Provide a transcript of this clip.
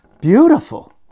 Beautiful